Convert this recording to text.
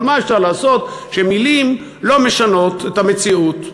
אבל מה אפשר לעשות שמילים לא משנות את המציאות?